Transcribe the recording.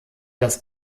das